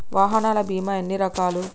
వాహనాల బీమా ఎన్ని రకాలు?